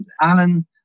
Alan